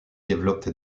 developed